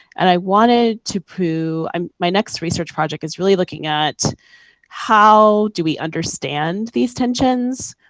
and i wanted to prove um my next research project is really looking at how do we understand these tensions,